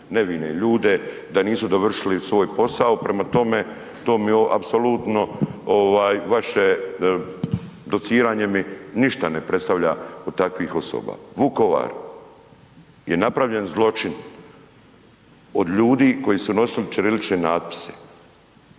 nevine ljude da nisu dovršili svoj posao. Prema tome, to mi apsolutno vaše dociranje mi ništa ne predstavlja od takvih osoba. Vukovar je napravljen zločin od ljudi koji su nosili ćirilične natpise